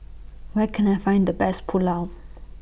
Where Can I Find The Best Pulao